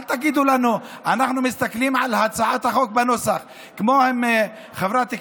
אל תגידו לנו, אנחנו מסתכלים על נוסח הצעת החוק.